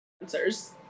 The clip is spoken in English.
answers